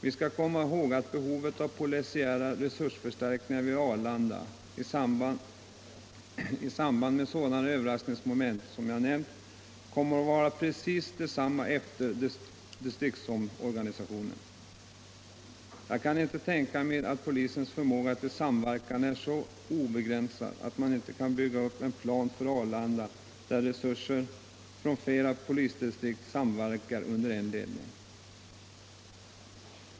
Vi skall komma ihåg att behovet av polisiära resursförstärkningar vid Arlanda i samband med sådana överraskningsmoment som jag nämnt kommer att vara precis detsamma efter distriktsomorganisationen. Jag kan inte tänka mig att polisens förmåga till samverkan är så begränsad att man inte kan bygga upp en plan för Arlanda, där resurser från flera polisdistrikt samverkar under en ledning.